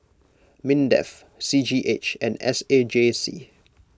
Mindef C G H and S A J C